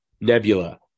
Nebula